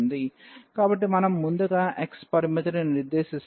కాబట్టి మనం ముందుగా x పరిమితిని నిర్దేశిస్తాము